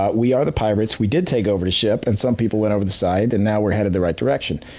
but we are the pirates, we did take over the ship, and some people went over the side and now we're headed the right direction.